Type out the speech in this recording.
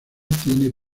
tiene